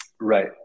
Right